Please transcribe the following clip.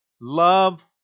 love